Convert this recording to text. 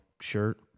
shirt